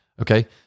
okay